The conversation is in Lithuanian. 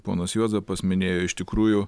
ponas juozapas minėjo iš tikrųjų